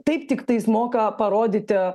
taip tiktais moka parodyti